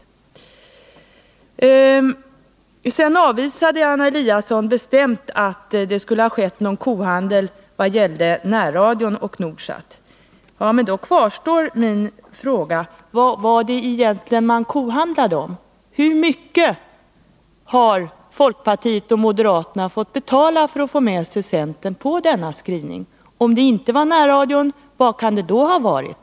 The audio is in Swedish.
Anna Eliasson avvisade bestämt påståendet att det skulle ha skett någon kohandel när det gällde närradion och Nordsat. Då kvarstår min fråga: Vad var det då man kohandlade om? Hur mycket har folkpartisterna och moderaterna fått betala för att få med sig centern på denna skrivning? Om det inte var närradion — vad kan det då ha varit?